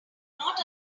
not